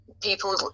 People